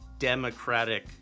Democratic